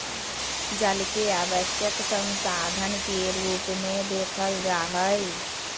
जल के आवश्यक संसाधन के रूप में देखल जा हइ